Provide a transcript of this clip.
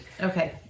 Okay